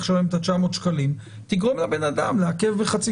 לשלם את ה-900 שקלים תגרום לבן אדם לעכב בחצי שנה.